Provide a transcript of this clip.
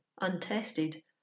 untested